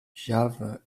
java